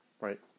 right